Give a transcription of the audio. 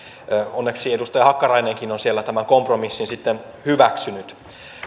onneksi edustaja hakkarainenkin on siellä tämän kompromissin sitten hyväksynyt